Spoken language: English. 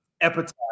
epitaph